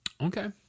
Okay